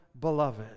beloved